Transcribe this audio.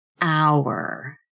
hour